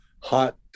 hot